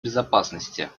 безопасности